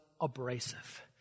abrasive